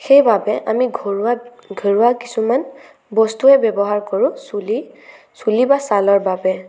সেইবাবে আমি ঘৰুৱা ঘৰুৱা কিছুমান বস্তুৱে ব্যৱহাৰ কৰোঁ চুলি চুলি বা ছালৰ বাবে